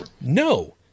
no